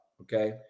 okay